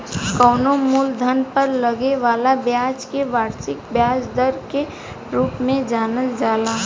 कवनो मूलधन पर लागे वाला ब्याज के वार्षिक ब्याज दर के रूप में जानल जाला